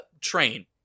train